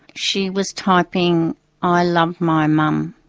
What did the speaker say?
she was typing i love my mum.